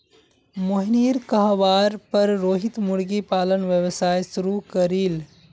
मोहिनीर कहवार पर रोहित मुर्गी पालन व्यवसाय शुरू करील